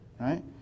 right